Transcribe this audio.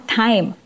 time